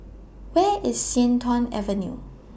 Where IS Sian Tuan Avenue